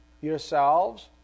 yourselves